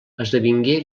esdevingué